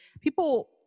people